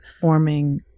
forming